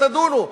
תדונו,